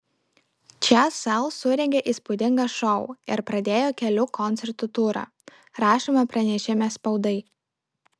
čia sel surengė įspūdingą šou ir pradėjo kelių koncertų turą rašoma pranešime spaudai